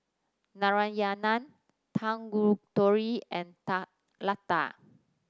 Narayana Tanguturi and Ta Lada